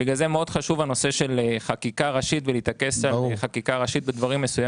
לכן, הנושא של חקיקה הראשית הוא מאוד חשוב.